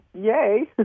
Yay